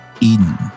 Eden